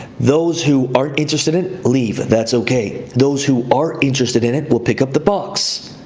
those who aren't interested in, leave that's okay. those who are interested in it, will pick up the box.